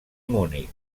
múnich